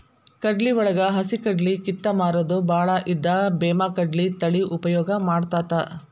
ಕಡ್ಲಿವಳಗ ಹಸಿಕಡ್ಲಿ ಕಿತ್ತ ಮಾರುದು ಬಾಳ ಇದ್ದ ಬೇಮಾಕಡ್ಲಿ ತಳಿ ಉಪಯೋಗ ಮಾಡತಾತ